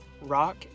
rock